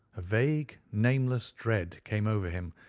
a vague, nameless dread came over him,